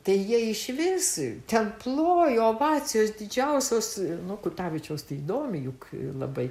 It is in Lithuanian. tai jie išvis ten plojo ovacijos didžiausios nu kutavičiaus tai įdomiai juk labai